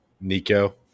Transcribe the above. Nico